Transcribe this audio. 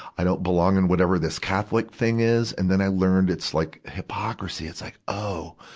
i don't belong in whatever this catholic thing is. and then i learned it's like hypocrisy. it's like, oh,